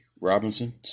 Robinson